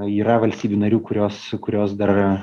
yra valstybių narių kurios kurios dar